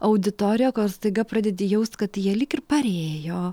auditorija kol staiga pradedi jaust kad jie lyg ir parėjo